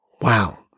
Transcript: Wow